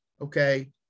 okay